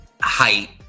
height